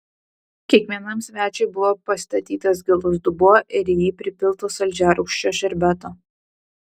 kiekvienam svečiui buvo pastatytas gilus dubuo ir į jį pripilta saldžiarūgščio šerbeto